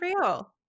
real